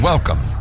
Welcome